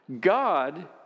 God